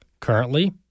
Currently